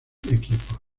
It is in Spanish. equipos